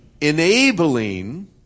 Enabling